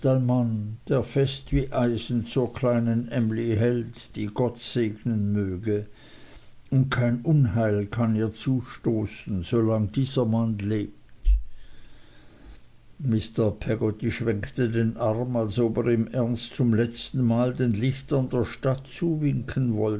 der fest wie eisen zur kleinen emly hält die gott segnen möge und kein unheil kann ihr zustoßen solang dieser mann lebt mr peggotty schwenkte den arm als ob er im ernst zum letztenmal den lichtern der stadt zuwinken